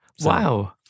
Wow